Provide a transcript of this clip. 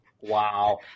Wow